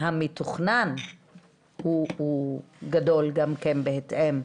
המתוכנן גם הוא גדול בהתאם.